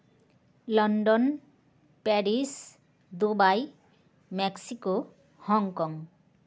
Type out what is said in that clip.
London Paris Dubai Mexico Hong Kong